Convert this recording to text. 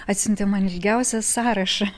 atsiuntė man ilgiausią sąrašą